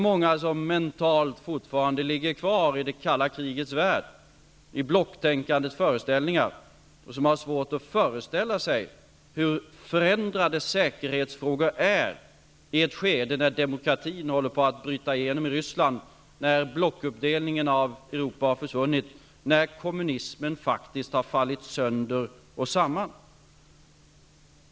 Många ligger mentalt ännu kvar i det kalla krigets värld, i blocktänkandets föreställningar, och de har svårt att föreställa sig hur förändrade säkerhetsfrågorna är i ett skede när demokratin håller på att bryta igenom i Ryssland, när blockuppdelningen av Europa har försvunnit och när kommunismen faktiskt har fallit sönder och samman.